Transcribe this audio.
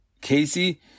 casey